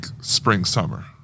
spring-summer